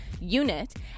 unit